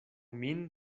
min